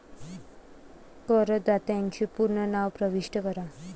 करदात्याचे पूर्ण नाव प्रविष्ट करा